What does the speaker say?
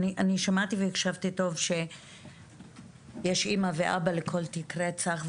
אני שמעתי והקשבתי טוב שיש אימא ואבא לכל תיק רצח,